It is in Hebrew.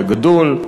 הגדול,